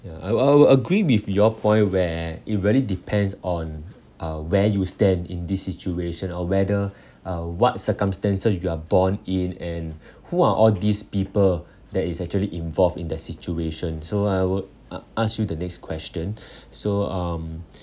ya I will I will agree with your point where it really depends on uh where you stand in this situation or whether uh what circumstances you are born in and who are all these people that is actually involved in that situation so I will uh ask you the next question so um